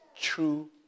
true